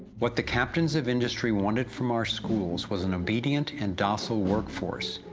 what the captains of industry wanted from our schools, was an obedient and docile work force,